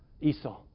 Esau